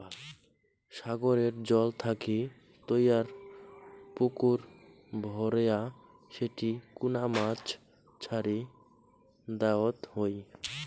সাগরের জল থাকি তৈয়ার পুকুর ভরেয়া সেটি কুনা মাছ ছাড়ি দ্যাওয়ৎ হই